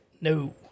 No